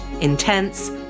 intense